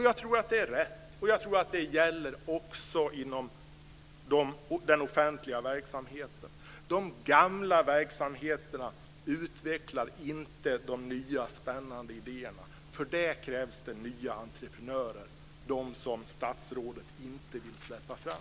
Jag tror att det är rätt, och jag tror att det också gäller inom den offentliga verksamheten. De gamla verksamheterna utvecklar inte de nya, spännande idéerna. För det krävs det nya entreprenörer - dem som statsrådet inte vill släppa fram.